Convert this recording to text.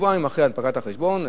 שבועיים אחרי הנפקת החשבון,